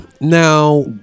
Now